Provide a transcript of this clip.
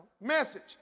message